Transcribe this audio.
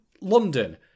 London